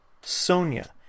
Sonia